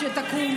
צבועה.